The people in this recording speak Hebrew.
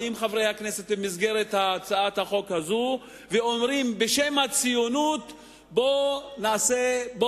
באים חברי הכנסת במסגרת הצעת החוק הזו ואומרים: בשם הציונות בוא נמחל,